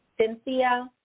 cynthia